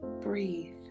breathe